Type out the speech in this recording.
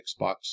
Xbox